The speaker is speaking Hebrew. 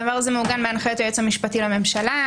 הדבר הזה מעוגן בהנחיות היועץ המשפטי לממשלה,